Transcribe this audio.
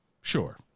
Sure